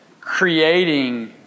creating